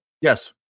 Yes